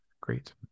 great